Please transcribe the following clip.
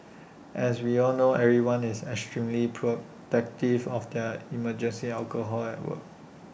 as we all know everyone is extremely protective of their emergency alcohol at work